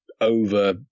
over